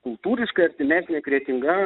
kultūriškai artimesnė kretinga